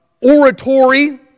oratory